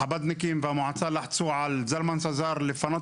החב"דניקים והמועצה לחצו על זלמן שזר לפנות